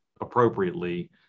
appropriately